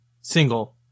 single